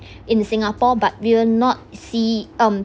in singapore but will not see um